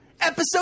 episode